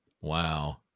Wow